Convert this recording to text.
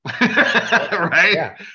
right